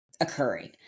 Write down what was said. occurring